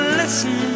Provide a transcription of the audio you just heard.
listen